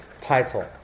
title